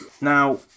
now